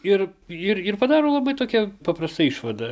ir ir ir padaro labai tokią paprastą išvadą